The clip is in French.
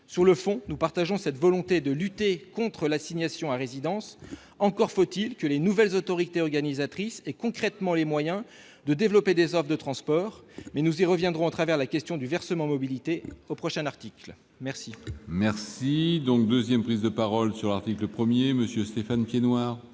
Sur le fond, nous partageons cette volonté de lutter contre l'assignation à résidence, encore faut-il que les nouvelles autorités organisatrices aient concrètement les moyens de développer des offres de transport, mais nous y reviendrons avec la question du versement mobilité, au prochain article. La